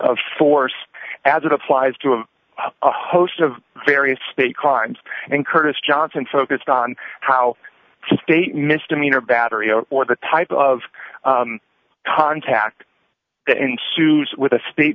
of force as it applies to a host of various state crimes and curtis johnson focused on how to state misdemeanor battery or the type of contact the issues with a spate